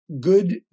good